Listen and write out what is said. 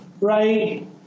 Right